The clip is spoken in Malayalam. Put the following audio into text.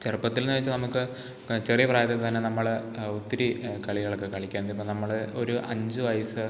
ചെറുപ്പത്തിൽ എന്നു വെച്ചാൽ നമുക്ക് ചെറിയ പ്രായത്തിൽ തന്നെ നമ്മൾ ഒത്തിരി കളികളൊക്കെ കളിക്കാൻ ചെല്ലുമ്പോൾ നമ്മൾ ഒരു അഞ്ച് വയസ്സ്